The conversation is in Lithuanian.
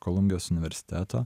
kolumbijos universiteto